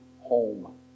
home